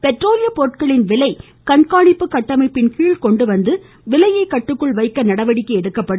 பெட்ரோலிய பொருட்களின் விலை கண்காணிப்பு கட்டமைப்பின்கீழ் கொண்டு வந்து விலையை கட்டுக்குள் வைக்க நடவடிக்கை எடுக்கப்படும்